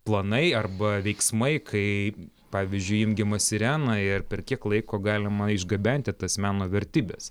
planai arba veiksmai kai pavyzdžiui įjungiama sirena ir per kiek laiko galima išgabenti tas meno vertybes